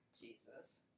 Jesus